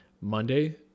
Monday